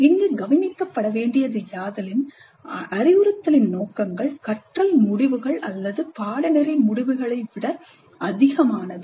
இங்கு கவனிக்கப்பட வேண்டியது யாதெனில் அறிவுறுத்தலின் நோக்கங்கள் கற்றல் முடிவுகள் அல்லது பாடநெறி முடிவுகளை விட அதிகமானது